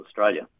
Australia